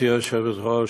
גברתי היושבת-ראש,